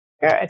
Good